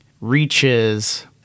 reaches